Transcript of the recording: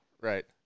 right